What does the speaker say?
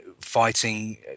fighting